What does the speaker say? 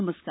नमस्कार